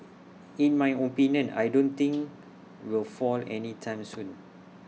in my opinion I don't think will fall any time soon